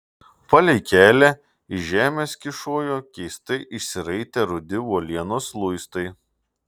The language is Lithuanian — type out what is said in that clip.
palei kelią iš žemės kyšojo keistai išsiraitę rudi uolienos luistai